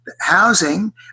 housing